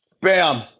bam